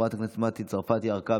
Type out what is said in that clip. חברת הכנסת מתי צרפתי הרכבי,